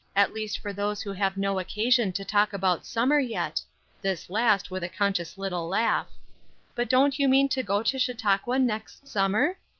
at least for those who have no occasion to talk about summer yet this last with a conscious little laugh but don't you mean to go to chautauqua next summer?